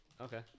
Okay